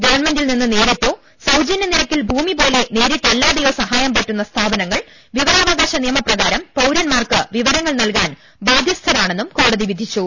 ഗവൺമെന്റിൽ നിന്ന് നേരിട്ടോ സൌജന്യ നിരക്കിൽ ഭൂമി പോലെ നേരിട്ടല്ലാതെയോ സഹായം പറ്റുന്ന സ്ഥാപനങ്ങൾ വിവരാവകാശ നിയമപ്രകാരം പൌരന്മാർക്ക് വിവരങ്ങൾ നൽകാൻ ബാധ്യസ്ഥരാണെന്നും കോടതി വിധിച്ചു